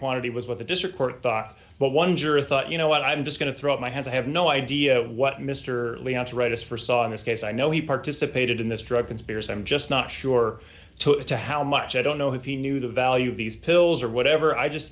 quantity was what the district court thought but one juror thought you know what i'm just going to throw up my hands i have no idea what mr lee had to write us for saw in this case i know he participated in this drug conspiracy i'm just not sure took to how much i don't know if he knew the value of these pills or whatever i just